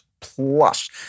plus